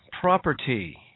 property